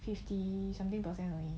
fifty something percent 而已